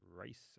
Race